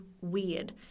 weird